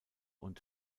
und